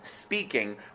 speaking